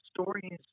stories